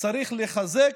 צריך לחזק,